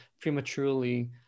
prematurely